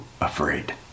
afraid